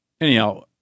Anyhow